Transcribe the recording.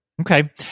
Okay